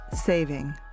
saving